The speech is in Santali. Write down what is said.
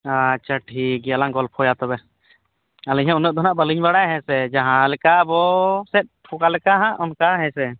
ᱟᱪᱪᱷᱟ ᱴᱷᱤᱠ ᱜᱮᱭᱟᱞᱟᱝ ᱜᱚᱞᱯᱷᱚᱭᱟ ᱛᱚᱵᱮ ᱟᱹᱞᱤᱧᱦᱚᱸ ᱩᱱᱟᱹᱜᱫᱚ ᱦᱟᱜ ᱵᱟᱹᱞᱤᱧ ᱵᱟᱲᱟᱭᱟ ᱦᱮᱸᱥᱮ ᱡᱟᱦᱟᱸᱞᱮᱠᱟ ᱟᱵᱚ ᱞᱮᱠᱟᱦᱟᱜ ᱚᱱᱠᱟ ᱦᱮᱸᱥᱮ